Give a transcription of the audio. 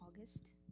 August